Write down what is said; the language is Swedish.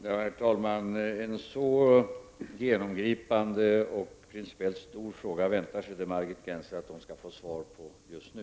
Herr talman! En så genomgripande och principiellt stor fråga väntar sig inte Margit Gennser att hon skall få svar på just nu.